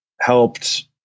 helped